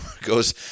goes